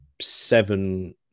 seven